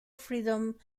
freedom